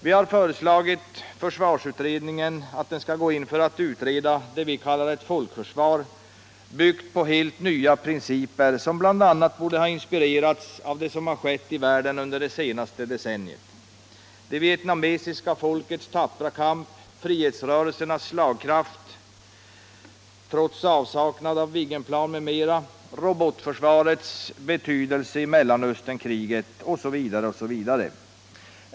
Vi har föreslagit att försvarsutredningen skall gå in för att utreda vad vi kallar ett folkförsvar, byggt på helt nya principer som bl.a. borde ha inspirerats av det som har skett i världen under det senaste decenniet: det vietnamesiska folkets tappra kamp, frihetsrörelsernas slagkraft trots avsaknad av Viggenplan m.m., robotförsvarets betydelse i Mellanösternkriget osv.